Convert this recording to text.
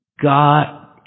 God